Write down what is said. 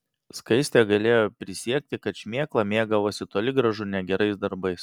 skaistė galėjo prisiekti kad šmėkla mėgavosi toli gražu ne gerais darbais